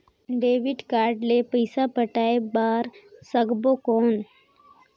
Debit card ले पइसा पटाय बार सकबो कौन?